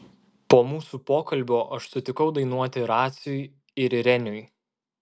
po mūsų pokalbio aš sutikau dainuoti raciui ir reniui